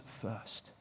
first